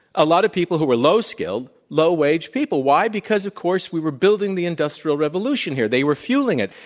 a lot of people who were low-skill, low-wage people. why? because, of course, we were building the industrial revolution here. they were fueling it.